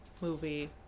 movie